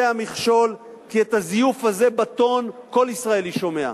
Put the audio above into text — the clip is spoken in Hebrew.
זה המכשול, כי את הזיוף הזה בטון כל ישראלי שומע.